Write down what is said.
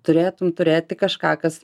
turėtum turėti kažką kas